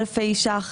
אלפי ש"ח.